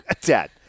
Dad